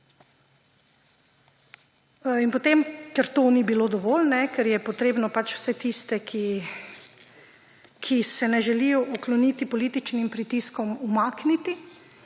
ker potem to ni bilo dovolj, ker je treba pač vse tiste, ki se ne želijo ukloniti političnim pritiskom, umakniti,